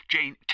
Jane